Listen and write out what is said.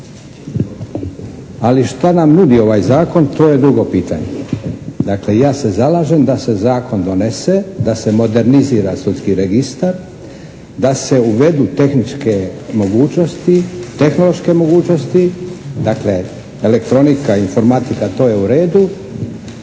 Ali šta nam nudi ovaj zakon, to je drugo pitanje. Dakle, ja se zalažem da se zakon donese, da se modernizira sudski registar, da se uvedu tehničke mogućnosti, tehnološke mogućnosti, dakle elektronika i informatika to je u redu,